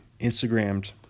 Instagrammed